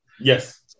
Yes